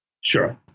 Sure